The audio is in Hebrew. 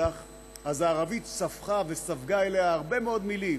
בשטח אז הערבית ספחה וספגה אליה הרבה מאוד מילים.